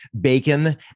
bacon